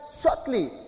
shortly